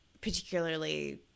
particularly